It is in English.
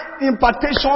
impartation